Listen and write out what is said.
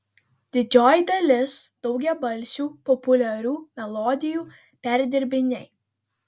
didžioji dalis daugiabalsių populiarių melodijų perdirbiniai